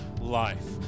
life